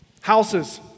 houses